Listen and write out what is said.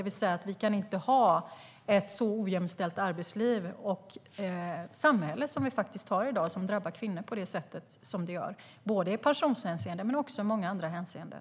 Vi kan inte ha ett så ojämställt arbetsliv och samhälle som vi har i dag som drabbar kvinnor på det sätt det gör i pensionshänseende men också i många andra hänseenden.